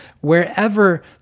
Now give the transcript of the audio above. wherever